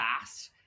fast